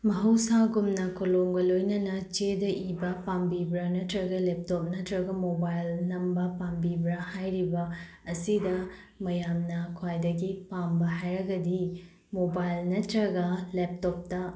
ꯃꯍꯧꯁꯥꯒꯨꯝꯅ ꯀꯣꯂꯣꯝꯒ ꯂꯣꯏꯅꯅ ꯆꯦꯗ ꯏꯕ ꯄꯥꯝꯕꯤꯕ꯭ꯔ ꯅꯠꯇꯔꯒ ꯂꯣꯞꯇꯣꯞ ꯅꯠꯇ꯭ꯔꯒ ꯃꯣꯕꯥꯏꯜ ꯅꯝꯕ ꯄꯥꯝꯕꯤꯕ꯭ꯔ ꯍꯥꯏꯔꯤꯕ ꯑꯁꯤꯗ ꯃꯌꯥꯝꯅ ꯈ꯭ꯋꯥꯏꯗꯒꯤ ꯄꯥꯝꯕ ꯍꯥꯏꯔꯒꯗꯤ ꯃꯣꯕꯥꯏꯜ ꯅꯠꯇ꯭ꯔꯒ ꯂꯦꯞꯇꯦꯞꯇ